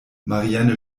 marianne